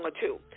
two